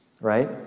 right